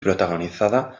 protagonizada